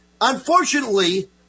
Unfortunately